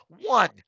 One